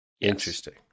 Interesting